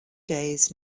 days